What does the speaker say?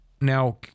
now